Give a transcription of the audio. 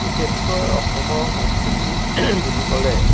বিশেষকৈ অসমৰ সংস্কৃতি বুলি ক'লে